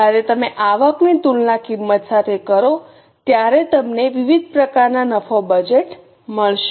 જ્યારે તમે આવકની તુલના કિંમત સાથે કરો ત્યારે તમને વિવિધ પ્રકારના નફો બજેટ મળશે